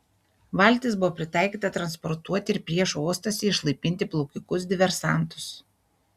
valtis buvo pritaikyta transportuoti ir priešo uostuose išlaipinti plaukikus diversantus